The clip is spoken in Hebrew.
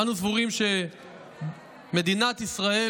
אנו סבורים שבמדינת ישראל